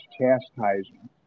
chastising